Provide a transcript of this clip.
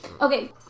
Okay